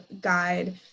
guide